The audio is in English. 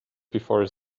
before